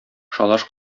шалаш